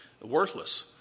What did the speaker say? worthless